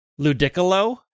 Ludicolo